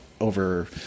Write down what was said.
over